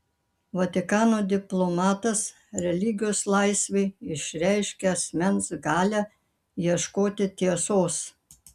vatikano diplomatas religijos laisvė išreiškia asmens galią ieškoti tiesos